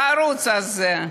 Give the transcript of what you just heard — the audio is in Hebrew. בערוץ הזה,